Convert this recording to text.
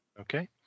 Okay